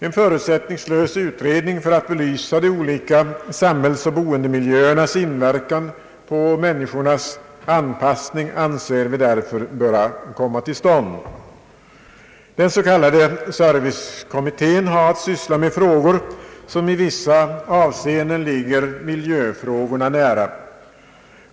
En förutsättningslös utredning för att belysa de olika samhällsoch boendemiljöernas inverkan på människornas anpassning anser vi därför böra komma till stånd. Den s.k. servicekommittén har sysslat med frågor som i vissa avseenden ligger miljöfrågorna nära.